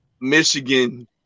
Michigan